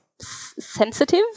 sensitive